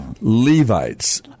Levites